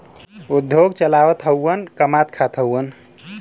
उद्योग चलावत हउवन कमात खात हउवन